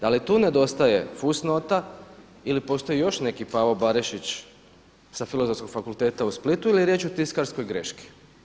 Da li tu nedostaje fusnota ili postoji još neki Pavo Barišić sa Filozofskog fakulteta u Splitu ili je riječ o tiskarskoj greški?